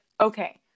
okay